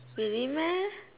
really meh